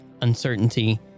uncertainty